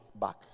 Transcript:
back